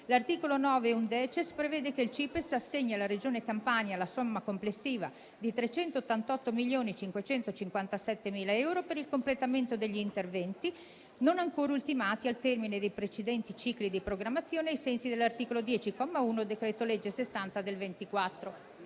L'articolo 9-*undecies* prevede che il CIPESS assegni alla Regione Campania la somma complessiva di 388.557.000 euro per il completamento degli interventi non ancora ultimati al termine dei precedenti cicli di programmazione, ai sensi dell'articolo 10, comma 1, del